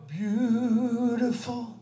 beautiful